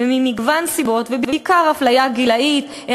וממגוון סיבות: בעיקר אפליה גילאית,